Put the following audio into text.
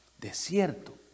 Desierto